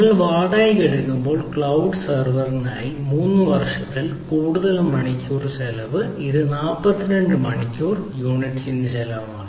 നിങ്ങൾ വാടകയ്ക്കെടുക്കുമ്പോൾ ക്ലൌഡ് സെവറിനായി 3 വർഷത്തിൽ കൂടുതൽ മണിക്കൂറിൽ ചിലവ് ഇത് മണിക്കൂറിൽ 42 യൂണിറ്റ് ചിലവാണ്